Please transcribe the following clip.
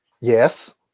yes